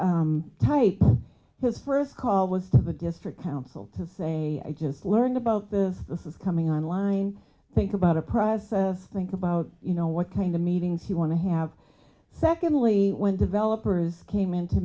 type his first call was to the district council to say i just learned about this this is coming on line think about a private think about you know what kind of meetings he want to have secondly when developers came in to